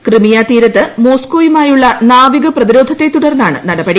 ക്രിമിയ തീരത്ത് മോസ്കോയുമായുള്ള നാവിക പ്രതിരോധത്തെ തുടർന്നാണ് നടപടി